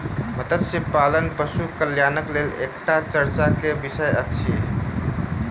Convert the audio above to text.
मत्स्य पालन पशु कल्याणक लेल एकटा चर्चाक विषय अछि